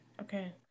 Okay